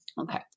okay